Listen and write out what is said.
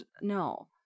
no